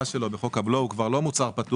שלו בחוק הבלו הוא כבר לא מוצר פטור.